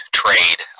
trade